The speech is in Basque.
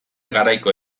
garaiko